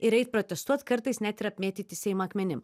ir eit protestuot kartais net ir apmėtyti seimą akmenim